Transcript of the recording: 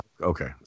Okay